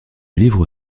livre